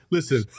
Listen